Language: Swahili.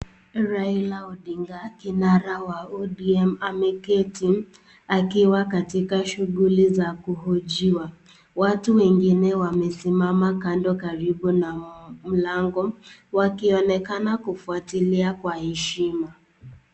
Raila Odinga kinara wa ODM ameketi akiwa katika shughuli za kuhojiwa, watu wengine wamesimama kando karibu na mlango wakionekana kufuatilia kwa heshima.